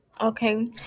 Okay